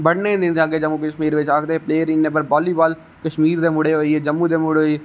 बधने नेईं दिंदे अग्गै जम्मू कश्मीर बिच आखदे प्लेयर इयां पर बालीबाल कश्मीर दे मुड़े होई गे